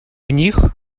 них